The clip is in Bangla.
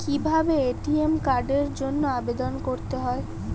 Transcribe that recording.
কিভাবে এ.টি.এম কার্ডের জন্য আবেদন করতে হয়?